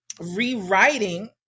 rewriting